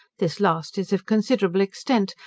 this last is of considerable extent,